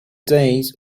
days